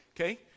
okay